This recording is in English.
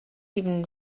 even